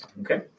Okay